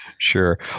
Sure